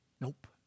Nope